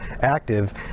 active